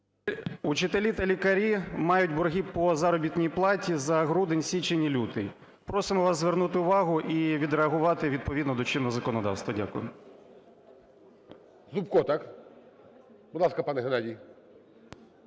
…учителі та лікарі мають борги по заробітній платі за грудень, січень і лютий. Просимо вас звернути увагу і відреагувати відповідно до чинного законодавства. Дякую.